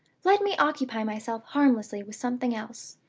let me occupy myself harmlessly with something else.